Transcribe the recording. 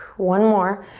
one more,